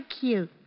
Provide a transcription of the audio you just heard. cute